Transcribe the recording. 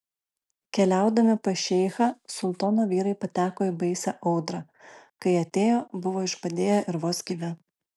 keliaudami pas šeichą sultono vyrai pateko į baisią audrą kai atėjo buvo išbadėję ir vos gyvi